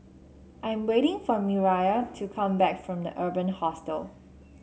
I am waiting for Miriah to come back from the Urban Hostel